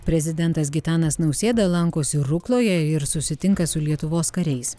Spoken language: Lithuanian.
prezidentas gitanas nausėda lankosi rukloje ir susitinka su lietuvos kariais